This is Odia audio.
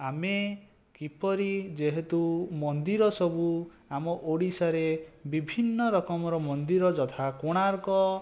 ଆମେ କିପରି ଯେହେତୁ ମନ୍ଦିର ସବୁ ଆମ ଓଡ଼ିଶାରେ ବିଭିନ୍ନ ରକମର ମନ୍ଦିର ଯଥା କୋଣାର୍କ